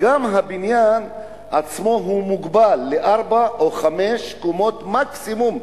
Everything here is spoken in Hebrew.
גם הבניין עצמו מוגבל לארבע או חמש קומות מקסימום.